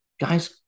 guys